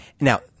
Now